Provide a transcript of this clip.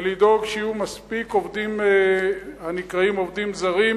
ולדאוג שיהיו מספיק עובדים הנקראים עובדים זרים,